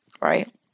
right